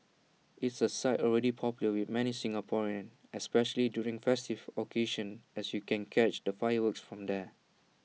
it's A site already popular with many Singaporeans especially during festive occasions as you can catch the fireworks from there